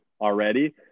already